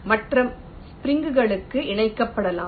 மற்ற ஸ்ப்ரிங் களும் இணைக்கப்படலாம்